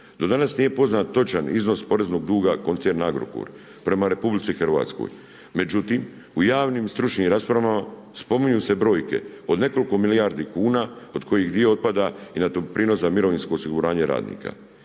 Do danas nije poznat točan iznos poreznog duga koncerna Agrokor, prema RH, međutim u javnim i stručnim raspravama, spominju se brojke od nekoliko milijardi kuna od kojih dio otpada i na doprinos sa mirovinsko osiguranje radnika.